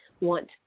want